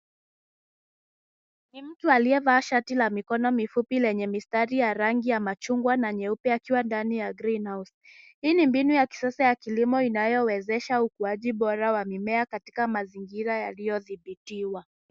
Ni mtu aliyevaa shati la mikono mifupi lenye mistari ya rangi ya machungwa na nyeupe akiwa ndani ya greenhouse . Hii ni mbinu ya kisasa ya kilimo inayowezesha ukuaji bora wa mimea katika mazingira yaliyodhibitiwa.